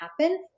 happen